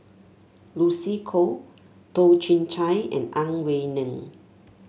Lucy Koh Toh Chin Chye and Ang Wei Neng